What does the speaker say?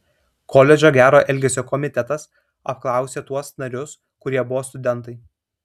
koledžo gero elgesio komitetas apklausė tuos narius kurie buvo studentai